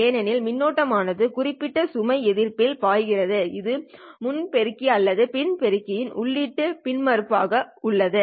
ஏனெனில் மின்னோட்டம் ஆனது குறிப்பிட்ட சுமை எதிர்ப்பில் பாய்கிறது இது முன் பெருக்கி அல்லது பின் பெருக்கியின் உள்ளீட்டு மின்மறுப்பு ஆக உள்ளது